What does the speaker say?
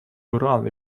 уран